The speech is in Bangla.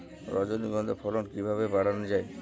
রজনীগন্ধা ফলন কিভাবে বাড়ানো যায়?